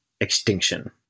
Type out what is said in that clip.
extinction